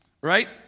right